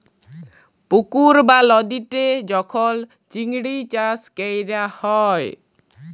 পুকুর বা লদীতে যখল চিংড়ি চাষ ক্যরা হ্যয়